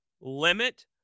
limit